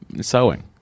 sewing